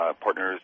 partners